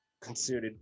considered